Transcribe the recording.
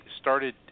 started